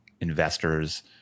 investors